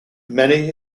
many